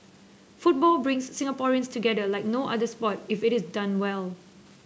football brings Singaporeans together like no other sport if it is done well